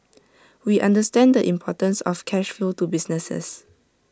we understand the importance of cash flow to businesses